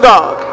God